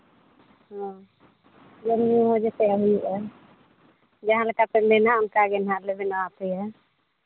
ᱦᱮᱸ ᱡᱚᱢᱼᱧᱩ ᱡᱚᱛᱚ ᱮᱢ ᱦᱩᱭᱩᱜᱼᱟ ᱡᱟᱦᱟᱸ ᱞᱮᱠᱟᱯᱮ ᱢᱮᱱᱟ ᱚᱱᱠᱟᱜᱮ ᱦᱟᱸᱜ ᱞᱮ ᱵᱮᱱᱟᱣ ᱟᱯᱮᱭᱟ